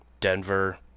Denver